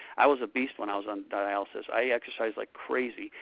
i was a beast when i was on dialysis. i exercised like crazy.